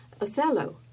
Othello